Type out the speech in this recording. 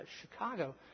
Chicago